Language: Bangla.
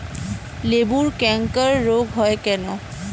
লেবুর ক্যাংকার রোগ কেন হয়?